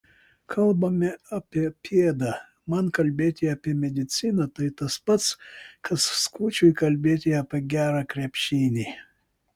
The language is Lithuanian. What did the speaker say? kalbame apie pėdą man kalbėti apie mediciną tai tas pats kas skučui kalbėti apie gerą krepšinį